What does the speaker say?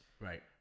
right